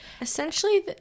Essentially